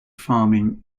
farming